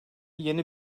yeni